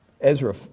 Ezra